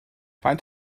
faint